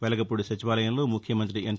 వెలగపూడి సచివాలయంలో ముఖ్యమంతి ఎన్